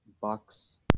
Bucks